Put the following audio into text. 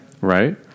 right